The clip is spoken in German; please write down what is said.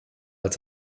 als